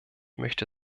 möchte